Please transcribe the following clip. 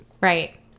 Right